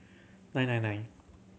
nine nine nine